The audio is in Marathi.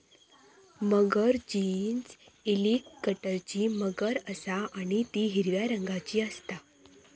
मगर जीनस एलीगेटरची मगर असा आणि ती हिरव्या रंगाची असता